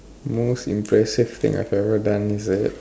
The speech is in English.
most impressive thing I have ever done is it